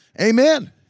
Amen